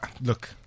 Look